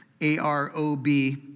A-R-O-B